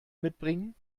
mitbringen